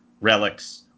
relics